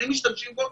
אבל אם משתמשים בו,